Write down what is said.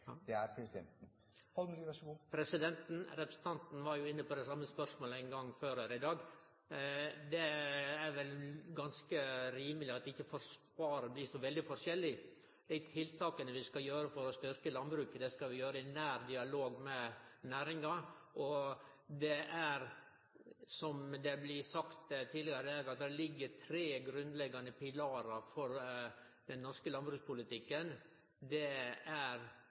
stilles gjennom presidenten – og kun gjennom ham. Det finnes ikke «du» eller «dere» – det er «presidenten». Representanten var inne på det same spørsmålet ein gong før i dag. Det er vel ganske rimeleg at svaret ikkje blir så veldig forskjellig. Dei tiltaka vi skal gjere for å styrkje landbruket, skal vi gjere i nær dialog med næringa. Det er – som det er blitt sagt tidlegare – tre grunnleggjande pilarar for den norske landbrukspolitikken: forhandlingsinstituttet, importvernet og landbrukssamvirket. Det